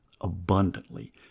abundantly